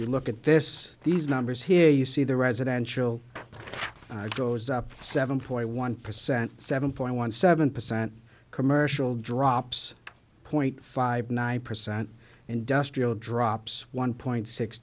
you look at this these numbers here you see the residential goes up seven point one percent seven point one seven percent commercial drops point five nine percent industrial drops one point six